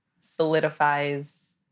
solidifies